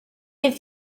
bydd